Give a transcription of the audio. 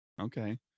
Okay